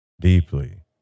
Deeply